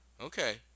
Okay